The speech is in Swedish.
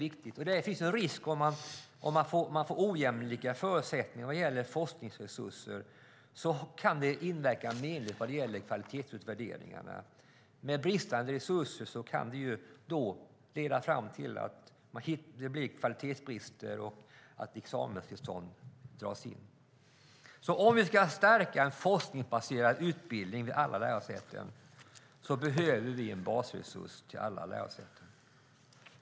Det finns en risk att om man får ojämlika förutsättningar vad gäller forskningsresurser kan det inverka menligt vid kvalitetsutvärderingarna. Bristande resurser kan leda fram till kvalitetsbrister och att examenstillstånd dras in. Om vi ska stärka en forskningsbaserad utbildning vid alla lärosäten behöver vi en basresurs till alla lärosäten.